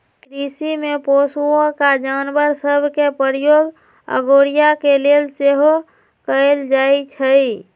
कृषि में पोशौआका जानवर सभ के प्रयोग अगोरिया के लेल सेहो कएल जाइ छइ